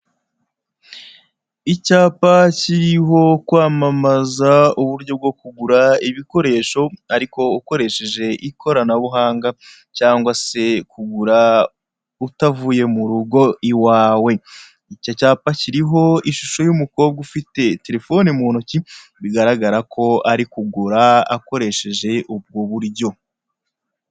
Icyapa kiriho kwamamaza uburyo bwo kugura ibikoresho ariko ukoresheje ikoranabuhanga cyangwa se kugura utavuye mu rugo iwawe. Icyo cyapa kiriho ishusho y'umukobwa ufite telefoni mu ntoki bigaragara ko ari kugura akoresheje ubwo buryo.